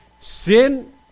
Sin